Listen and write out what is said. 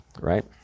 right